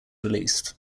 released